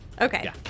Okay